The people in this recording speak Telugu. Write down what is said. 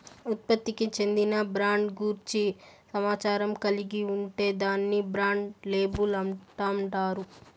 ఉత్పత్తికి చెందిన బ్రాండ్ గూర్చి సమాచారం కలిగి ఉంటే దాన్ని బ్రాండ్ లేబుల్ అంటాండారు